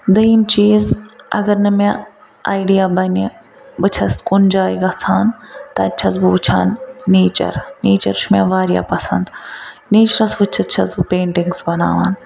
دٔیِم چیٖز اگر نہٕ مےٚ آیڈیا بَنہِ بہٕ چھَس کُنہِ جایہِ گَژھان تَتہِ چھَس بہٕ وٕچھان نیچَر نیچَر چھُ مےٚ واریاہ پَسَنٛد نیچرَس وٕچھِتھ چھَس بہٕ پینٛٹِنٛگز بناوان